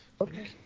Okay